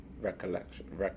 recollection